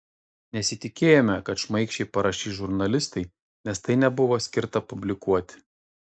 nesitikėjome kad šmaikščiai parašys žurnalistai nes tai nebuvo skirta publikuoti